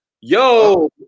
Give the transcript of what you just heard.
yo